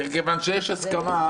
מכיוון שיש הסכמה,